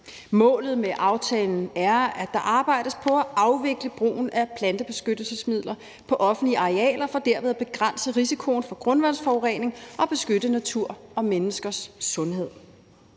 Målet med aftalen er, at der arbejdes på at afvikle brugen af plantebeskyttelsesmidler på offentlige arealer for derved at begrænse risikoen for grundvandsforurening og beskytte natur og menneskers sundhed.